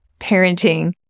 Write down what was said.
parenting